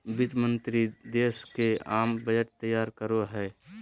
वित्त मंत्रि देश के आम बजट तैयार करो हइ